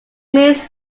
means